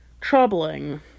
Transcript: troubling